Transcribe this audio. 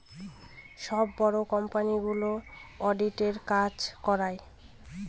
সব বড়ো কোম্পানিগুলো অডিটের কাজ করায়